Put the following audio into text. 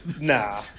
Nah